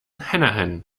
hanahan